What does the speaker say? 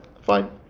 Fine